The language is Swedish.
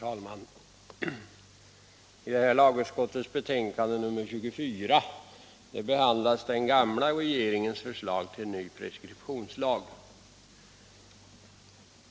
Herr talman! I lagutskottets betänkande nr 24 behandlas den förra regeringens förslag till ny preskriptionslag.